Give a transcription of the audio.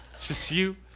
just you